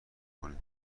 کنیم